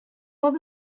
while